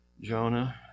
Jonah